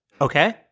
okay